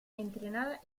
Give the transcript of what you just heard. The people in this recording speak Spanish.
entrenada